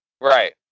Right